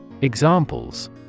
Examples